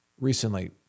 recently